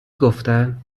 گفتن